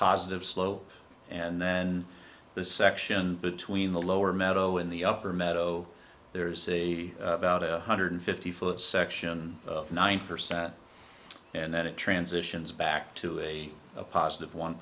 positive slow and then the section between the lower meadow in the upper meadow there is a about one hundred fifty foot section of ninety percent and then it transitions back to a positive one